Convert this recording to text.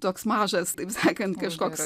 toks mažas taip sakant kažkoks